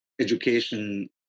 education